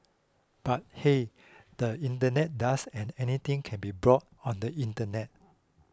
but hey the internet does and anything can be bought on the internet